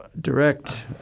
direct